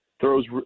throws –